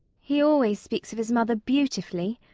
he always speaks of his mother beautifully.